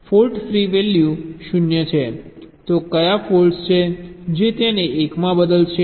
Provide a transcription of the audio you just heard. fault free value 0 છે તો કયા ફોલ્ટ્સ છે જે તેને 1 માં બદલશે